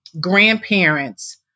grandparents